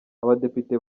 abadepite